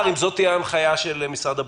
אם זאת תהיה ההנחיה של משרד הבריאות.